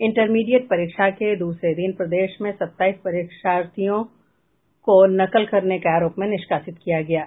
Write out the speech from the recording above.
intermediate परीक्षा के दूसरे दिन प्रदेश में सत्ताईस परीक्षार्थियों के नकल के आरोप में निष्कासित किया गया है